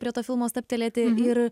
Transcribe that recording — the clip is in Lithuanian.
prie to filmo stabtelėti ir